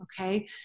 Okay